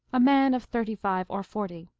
a man of thirty-five or forty.